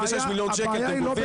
56,000,000 שקל אתם גובים.